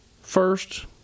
First